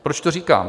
Proč to říkám?